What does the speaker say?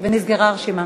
הייתי צריכה להיות רשומה.